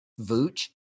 Vooch